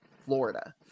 Florida